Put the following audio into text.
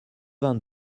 vingt